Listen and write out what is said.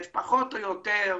פחות או יותר,